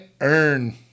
earn